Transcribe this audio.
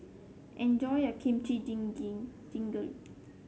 enjoy your Kimchi Jjigae